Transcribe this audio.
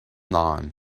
lawn